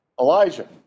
Elijah